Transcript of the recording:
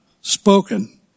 spoken